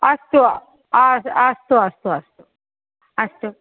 अस्तु अस्तु अस्तु अस्तु अस्तु